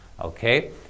okay